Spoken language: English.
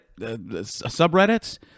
subreddits